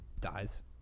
dies